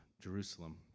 Jerusalem